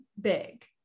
big